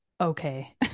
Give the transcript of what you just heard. Okay